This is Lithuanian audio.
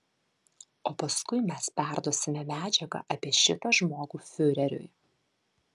o paskui mes perduosime medžiagą apie šitą žmogų fiureriui